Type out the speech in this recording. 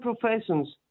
professions